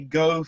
go